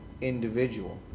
individual